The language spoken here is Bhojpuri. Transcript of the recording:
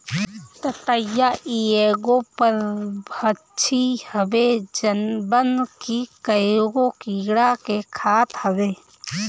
ततैया इ एगो परभक्षी हवे जवन की कईगो कीड़ा के खात हवे